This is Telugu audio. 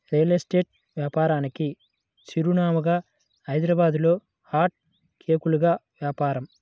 రియల్ ఎస్టేట్ వ్యాపారానికి చిరునామాగా హైదరాబాద్లో హాట్ కేకుల్లాగా వ్యాపారం